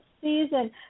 season